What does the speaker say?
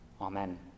Amen